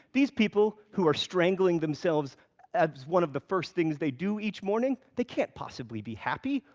these people who are strangling themselves as one of the first things they do each morning, they can't possibly be happy.